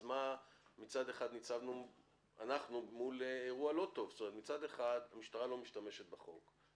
אז מצד אחד המשטרה לא משתמשת בחוק,